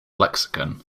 lexicon